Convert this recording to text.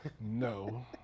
No